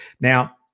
Now